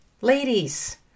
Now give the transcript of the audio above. ladies